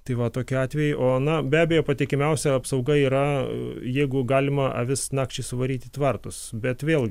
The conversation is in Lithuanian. tai va tokiu atveju o na be abejo patikimiausia apsauga yra jeigu galima avis nakčiai suvaryti į tvartus bet vėlgi